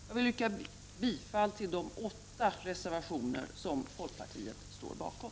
Jag yrkar bifall till de åtta reservationer som folkpartiet står bakom.